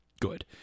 good